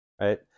right